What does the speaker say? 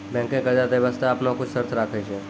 बैंकें कर्जा दै बास्ते आपनो कुछ शर्त राखै छै